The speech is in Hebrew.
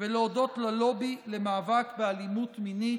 ולהודות ללובי למאבק באלימות מינית.